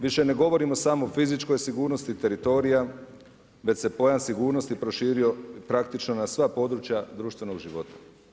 Više ne govorimo samo o fizičkoj sigurnosti teritorija, već se pojam sigurnosti proširio praktično na sva područja društvenog života.